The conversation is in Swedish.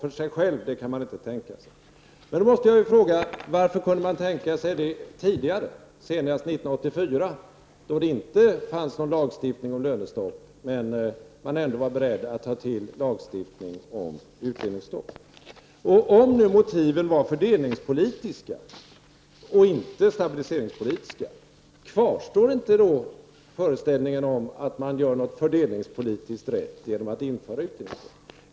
Ett utdelningsstopp ensamt kan man inte tänka sig. Då måste jag fråga: Varför kunde man tänka sig det tidigare, senast 1984, då det inte fanns någon lagstiftning om lönestopp? Då var man beredd att ta till lagstiftning om utdelningsstopp. Om nu motiven var fördelningspolitiska och inte stabiliseringspolitiska, kvarstår då inte föreställningen om att man gör något fördelningspolitiskt riktigt genom att införa utdelningsstopp?